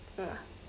ya